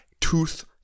tooth